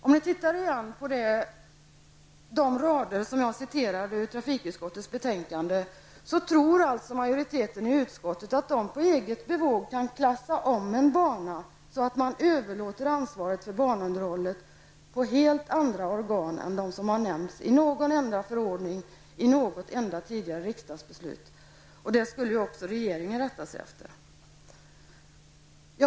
Om vi tittar på de rader i trafikutskottets betänkande som jag citerade tror alltså majoriteten i utskottet att de på eget bevåg kan klassa om en bana och överlåta ansvaret för banunderhållet på helt andra organ än de som har nämnts i någon enda förordning i något tidigare riksdagsbeslut. Även regeringen skulle rätta sig efter detta.